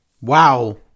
wow